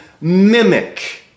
mimic